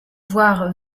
voir